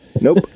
Nope